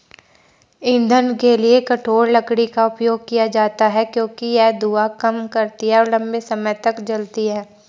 ईंधन के लिए कठोर लकड़ी का उपयोग किया जाता है क्योंकि यह धुआं कम करती है और लंबे समय तक जलती है